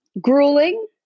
Grueling